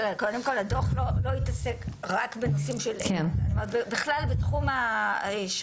קודם כל הדוח לא התעסק רק בכלל בתחום השבץ.